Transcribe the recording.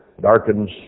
darkens